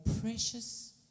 precious